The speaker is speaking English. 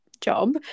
job